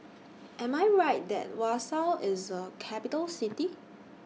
Am I Right that Warsaw IS A Capital City